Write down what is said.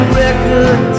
record